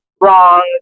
wrong